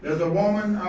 and woman,